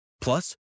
Plus